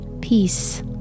peace